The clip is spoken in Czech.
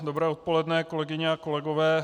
Dobré odpoledne, kolegyně a kolegové.